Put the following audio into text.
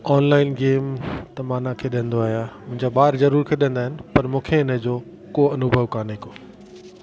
online game त मां न खेॾंदो आहियां मुंहिंजा ॿार ज़रूरु खेॾंदा आहिनि पर मूंखे हिन जो को अनुभव कोन्हे को